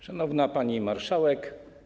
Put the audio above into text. Szanowna Pani Marszałek!